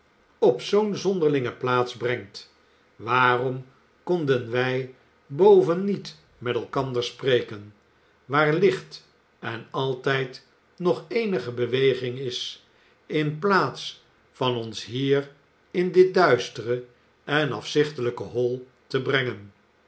op zoo'n zonderlinge plaats brengt waarom konden wij boven niet met elkander spreken waar licht en altijd nog eenige beweging is in plaats van ons hier in dit duistere en afzichtelijke hol te brengen